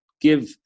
give